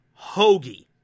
Hoagie